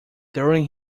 during